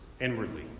inwardly